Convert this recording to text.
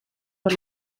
por